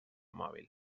mòbil